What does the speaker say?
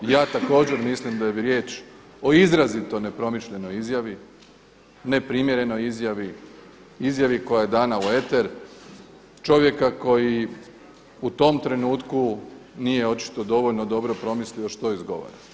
Ja također mislim da je riječ o izrazito nepromišljenoj izjavi, neprimjerenoj izjavi, izjavi koji je danas u eter, čovjeka koji u tom trenutku nije očito dovoljno dobro promislio što izgovara.